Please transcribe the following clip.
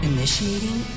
Initiating